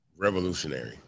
revolutionary